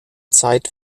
zeit